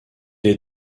est